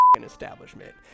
establishment